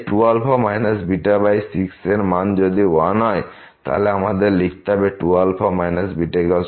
তাই 2α 6 র মান যদি 1 হতে হয় তাহলে আমাদের লিখতে হবে 2α β6